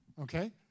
Okay